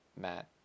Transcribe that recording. Matt